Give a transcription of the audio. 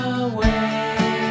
away